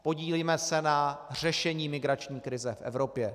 Podílíme se na řešení migrační krize v Evropě.